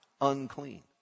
unclean